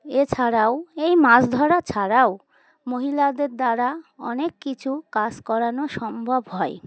এছাড়াও এই মাছ ধরা ছাড়াও মহিলাদের দ্বারা অনেক কিছু কাজ করানো সম্ভব হয়